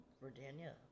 Virginia